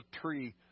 tree